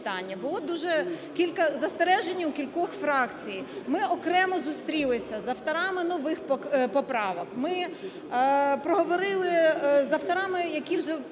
кілька застережень у кількох фракцій. Ми окремо зустрілися з авторами нових поправок. Ми проговорили з авторами, які вже